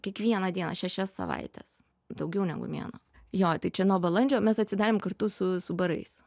kiekvieną dieną šešias savaites daugiau negu mėnuo jo tai čia nuo balandžio mes atsidarėm kartu su su barais